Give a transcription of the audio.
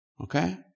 Okay